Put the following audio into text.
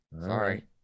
Sorry